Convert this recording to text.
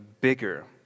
bigger